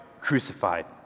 crucified